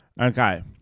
Okay